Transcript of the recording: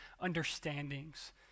understandings